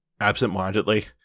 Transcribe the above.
absentmindedly